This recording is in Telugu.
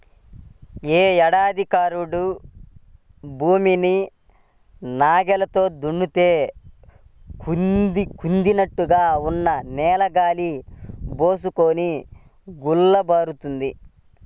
యే ఏడాదికాయేడు భూమిని నాగల్లతో దున్నితే కుదించినట్లుగా ఉన్న నేల గాలి బోసుకొని గుల్లబారుతుంది